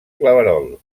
claverol